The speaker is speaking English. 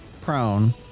prone